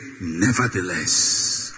nevertheless